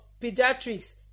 Pediatrics